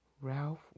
Ralph